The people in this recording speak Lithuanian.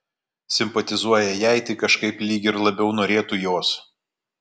simpatizuoja jai tai kažkaip lyg ir labiau norėtų jos